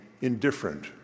indifferent